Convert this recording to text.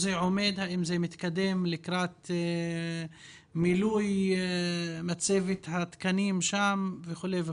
היכן זה עומד והאם זה מתקדם לקראת מילוי מצבת התקנים וכולי וכולי.